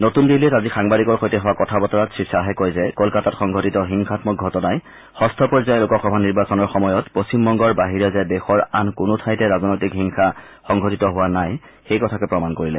নতুন দিল্লীত আজি সাংবাদিকৰ সৈতে হোৱা কথা বতৰাত শ্ৰীয়াহে কয় যে কলকাতাত সংঘটিত হিংসাম্মক ঘটনাই যষ্ঠ পৰ্যায়ৰ লোকসভা নিৰ্বাচনৰ সময়ত পশ্চিমবংগৰ বাহিৰে যে দেশৰ আন কোনো ঠাইতে ৰাজনৈতিক হিংসা সংঘটিত হোৱা নাই সেই কথাকে প্ৰমাণ কৰিলে